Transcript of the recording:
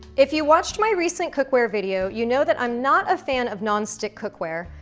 if you watched my recent cookware video, you know that i'm not a fan of non-stick cookware,